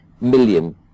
million